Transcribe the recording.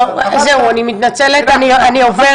לא, זהו, אני מתנצלת, אני עוברת.